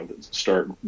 start